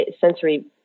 sensory